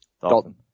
Dalton